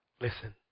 listen